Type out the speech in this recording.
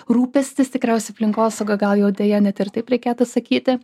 rūpestis tikriausiai aplinkosauga gal jau deja net ir taip reikėtų sakyti